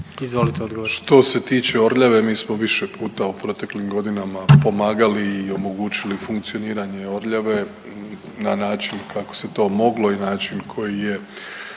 Izvolite odgovor.